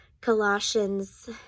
Colossians